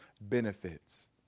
benefits